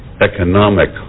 economic